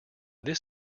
this